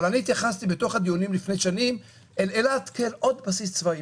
אבל אני התייחסתי בתוך הדיונים לפני שנים אל אילת כאל עוד בסיס צבאי.